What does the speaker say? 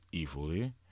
evilly